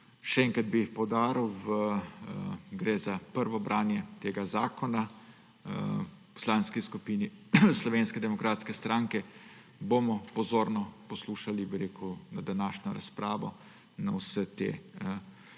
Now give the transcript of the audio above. Še enkrat bi poudaril, da gre za prvo branje tega zakona. V Poslanski skupini Slovenske demokratske stranke bomo pozorno poslušali današnjo razpravo, vse te